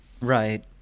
Right